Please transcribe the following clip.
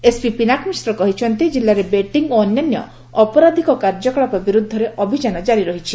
SP Pinak Mishra କହିଛନ୍ତି ଜିଲ୍ଲାରେ betting ଓ ଅନ୍ୟାନ୍ୟ ଅପରାଧ୍କ କାର୍ଯ୍ୟକଳାପ ବିରୁଦ୍ଧରେ ଅଭିଯାନ ଜାରି ରହିଛି